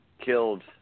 killed